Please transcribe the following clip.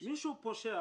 מי שפושע